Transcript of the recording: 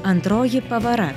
antroji pavara